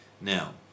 now